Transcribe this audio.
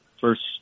first